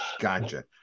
Gotcha